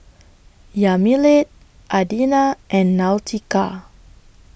Yamilet Adina and Nautica